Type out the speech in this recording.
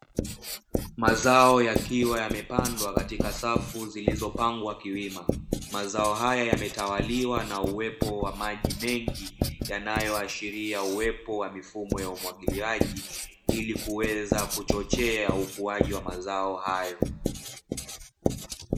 Mazao yakiwa yamepandwa katika safu zilizo pangwa kiwima, Mazao haya yametawaliwa na uwepo wa maji mengi yanayo ashiria uwepo wa mifumo ya umwagiliaji ili kuweza kuchochea ukuaji wa mazao hayo.